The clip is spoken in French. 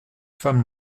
femme